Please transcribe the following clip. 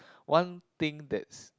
one thing that's